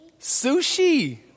sushi